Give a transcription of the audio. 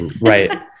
right